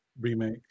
Remake